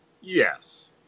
yes